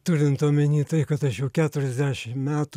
turint omeny tai kad aš jau keturiasdešim metų